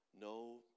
No